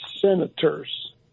senators